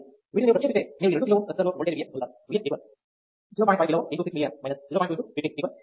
వీటిని మీరు Vx సమీకరణం కోసం ప్రతిక్షేపిస్తే మీరు ఈ 2 kΩ రెసిస్టర్లోని ఓల్టేజ్ Vx పొందుతారు V x α 1 × i 1 α 2 × V 2 V x 0